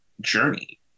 journey